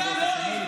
ננצח את המלחמה,